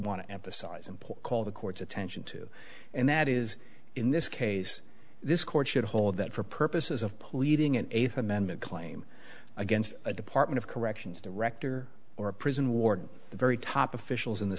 want to emphasize import call the court's attention to and that is in this case this court should hold that for purposes of pleading an eighth amendment claim against a department of corrections director or a prison warden the very top officials in the